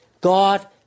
God